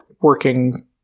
working